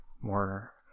more